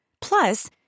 Plus